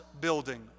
building